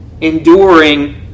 Enduring